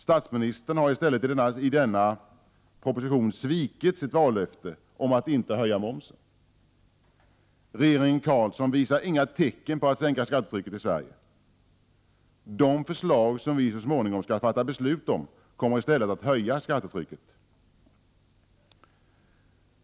Statsministern har i stället i denna proposition svikit sitt vallöfte om att inte höja momsen. Regeringen Carlsson visar inga tecken på att sänka skattetrycket i Sverige. De förslag som vi så småningom skall fatta beslut om kommer i stället att höja skattetrycket.